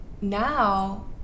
now